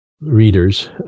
readers